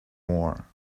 more